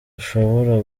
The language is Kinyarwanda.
ushobora